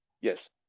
Yes